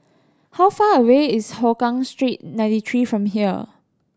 how far away is Hougang Street Ninety Three from here